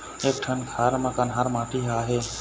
एक ठन खार म कन्हार माटी आहे?